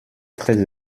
très